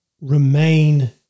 remain